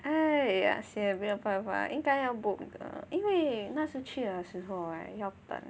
!aiya! sian 没有办法应该要 book 的 eh 因为那是去的时候 right 要等